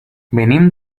venim